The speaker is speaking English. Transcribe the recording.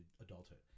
adulthood